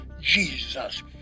Jesus